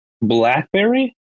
BlackBerry